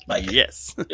Yes